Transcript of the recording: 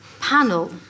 Panel